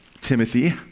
Timothy